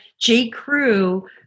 J.Crew